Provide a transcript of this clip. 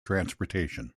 transportation